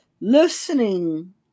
listening